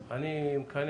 אני מאמין